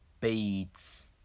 beads